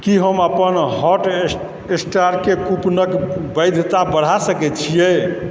की हम अपन हॉटस्टार के कूपन क वैधता बढ़ा सकै छियै